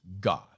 God